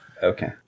Okay